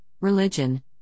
religion